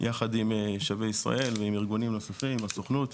יחד עם שבי ישראל וארגונים נוספים, עם הסוכנות,